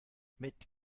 mit